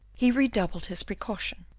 he redoubled his precaution,